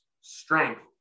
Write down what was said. strength